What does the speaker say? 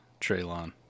Traylon